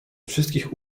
wszystkich